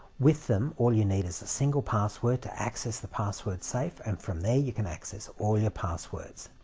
with them, all you need is a single password to access the password safe and from there you can access all your passwords.